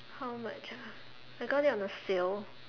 how much ah I got it on a sale